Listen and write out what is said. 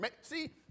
See